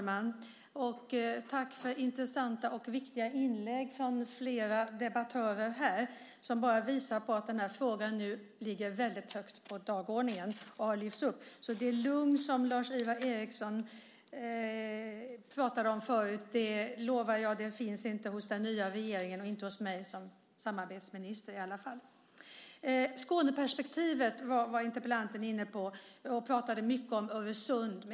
Fru talman! Tack för intressanta och viktiga inlägg från flera debattörer! Det visar att den här frågan har lyfts upp och nu ligger väldigt högt på dagordningen. Jag lovar att det lugn som Lars-Ivar Ericson pratade om förut inte finns hos den nya regeringen, och i alla fall inte hos mig som samarbetsminister. Skåneperspektivet var interpellanten inne på, och han pratade mycket om Öresund.